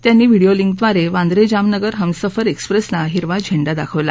त्यांनी video link ड्वारव्रिंद्रा जामनगर हमसफर एक्सप्रस्तिना हिरवा झेंडा दाखवला